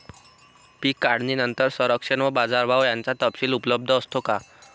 पीक काढणीनंतर संरक्षण व बाजारभाव याचा तपशील उपलब्ध असतो का?